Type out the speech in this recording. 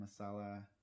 masala